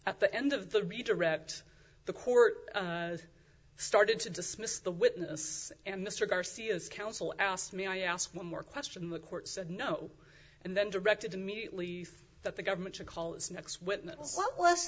at the end of the redirect the court started to dismiss the witness and mr garcia's counsel asked me i asked one more question the court said no and then directed immediately that the government should call is next witness w